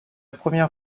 première